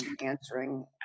answering